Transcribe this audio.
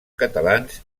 catalans